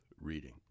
reading